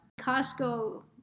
Costco